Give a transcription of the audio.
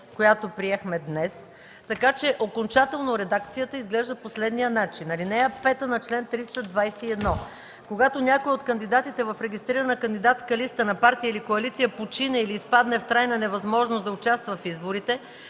която приехме днес, така че окончателно редакцията на чл. 321, ал. 5 изглежда по следния начин: „(5) Когато някой от кандидатите в регистрирана кандидатска листа на партия или коалиция почине или изпадне в трайна невъзможност да участва в изборите,